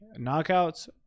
knockouts